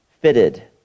fitted